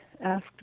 asked